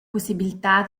pussibiltà